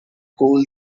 cool